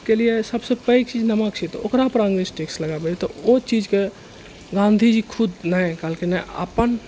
के लिए सबसँ पैघ चीज नमक छै तऽ ओकरापर अंग्रेज टैक्स लगाबै रहै तऽ ओ चीजके गांधी जी खुद नहि कहलकै ने अपन